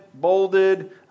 bolded